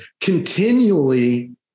continually